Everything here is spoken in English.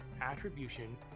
attribution